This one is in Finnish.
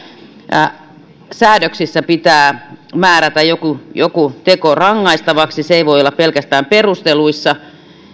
se että säädöksissä pitää määrätä joku joku teko rangaistavaksi se ei voi olla pelkästään perusteluissa